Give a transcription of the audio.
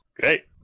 Great